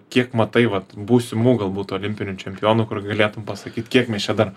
kiek matai vat būsimų galbūt olimpiniu čempionų kur galėtum pasakyt kiek mes čia dar